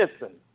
listen